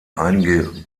einige